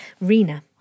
Rina